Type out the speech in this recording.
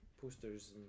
posters